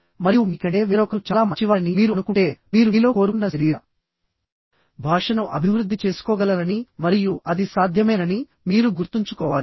మరియు మీ కంటే వేరొకరు చాలా మంచివారని మీరు అనుకుంటే మీరు మీలో కోరుకున్న శరీర భాషను అభివృద్ధి చేసుకోగలరని మరియు అది సాధ్యమేనని మీరు గుర్తుంచుకోవాలి